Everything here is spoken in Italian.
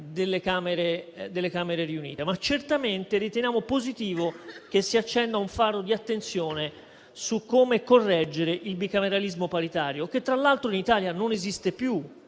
delle Camere riunite. Certamente riteniamo positivo che si accenda un faro di attenzione su come correggere il bicameralismo paritario, che, tra l'altro, in Italia non esiste più.